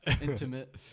intimate